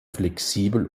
flexibel